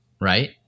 right